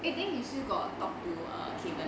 eh then you still got talk to err kaeden